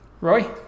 Roy